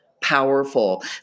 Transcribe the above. powerful